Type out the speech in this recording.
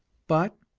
but,